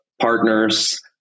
partners